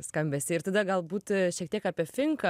skambesį ir tada galbūt šiek tiek apie finką